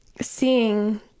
seeing